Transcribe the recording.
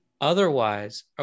Otherwise